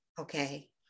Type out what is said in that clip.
Okay